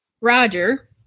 Roger